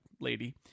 lady